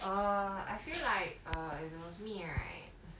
err I feel like err with me right